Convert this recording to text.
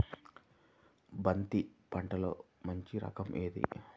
బంతి పంటలో మంచి రకం ఏది?